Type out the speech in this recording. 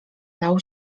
lał